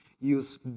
use